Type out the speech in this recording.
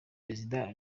perezida